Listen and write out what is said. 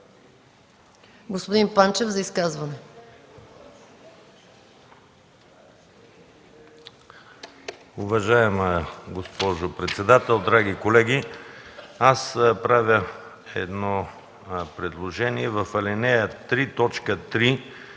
господин Панчев – за изказване.